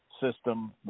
system